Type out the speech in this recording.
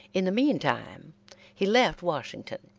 in the meantime he left washington,